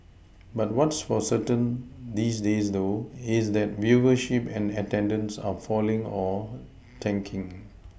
but what's for certain these days though is that viewership and attendance are falling or tanking